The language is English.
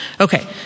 Okay